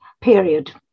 period